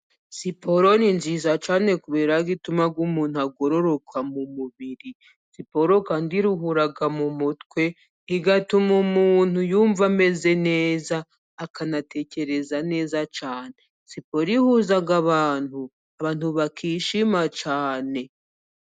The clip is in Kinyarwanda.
Siporo ni nziza cyane kubera ko ituma umuntu agororoka mu mubiri. Siporo kandi iruhura mu mutwe， igatuma umuntu yumva ameze neza， akanatekereza neza cyane， siporo ihuza abantu， abantu bakishima cyane.